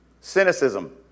cynicism